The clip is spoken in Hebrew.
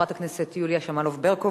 חברת הכנסת יוליה שמאלוב-ברקוביץ,